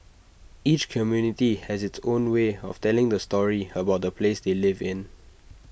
each community has its own way of telling the story about the place they live in